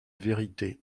vérité